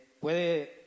Puede